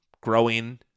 growing